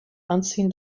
unseen